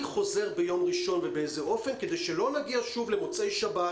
חוזר ביום ראשון ובאיזה אופן כדי שלא נגיע שוב למוצאי שבת